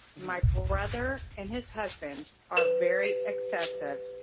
my brother and his husband are very excessive,